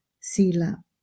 sila